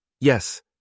Yes